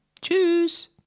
tschüss